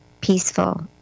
peaceful